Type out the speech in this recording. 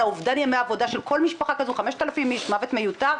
על אובדן ימי עבודה של כל משפחה כזו 5,000 איש מוות מיותר,